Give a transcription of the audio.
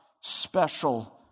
special